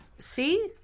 See